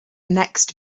next